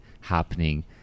happening